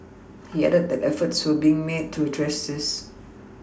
he added that efforts were being made to address this